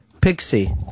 Pixie